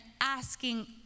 asking